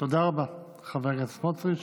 תודה רבה, חבר הכנסת סמוטריץ'.